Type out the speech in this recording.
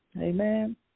Amen